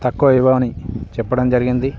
తక్కువ వెయ్యమని చెప్పడం జరిగింది